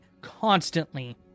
constantly